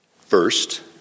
first